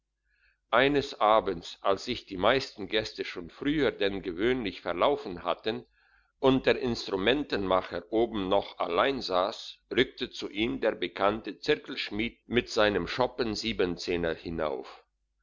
eines abends als sich die meisten gäste schon früher denn gewöhnlich verlaufen hatten und der instrumentenmacher oben noch allein sass rückt zu ihm der bekannte zirkelschmied mit seinem schoppen siebenzehner hinauf